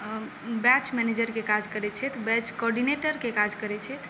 बैच मैनजेरके काज करै छथि बैच कोर्डिनेटरके काज करै छथि